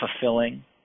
fulfilling